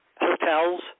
hotels